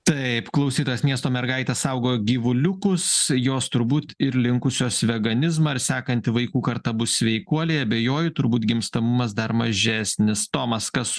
taip klausytojas miesto mergaitės saugo gyvuliukus jos turbūt ir linkusios veganizmą ar sekanti vaikų karta bus sveikuoliai abejoju turbūt gimstamumas dar mažesnis tomas kas